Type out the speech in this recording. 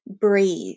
Breathe